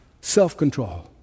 Self-control